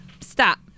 stop